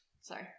Sorry